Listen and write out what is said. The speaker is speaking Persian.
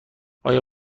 آیا